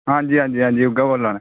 आं जी आं जी उऐ बोल्ला ना